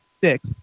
six